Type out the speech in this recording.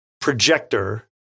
projector